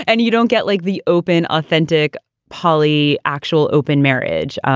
and you don't get like the open, authentic poly actual open marriage.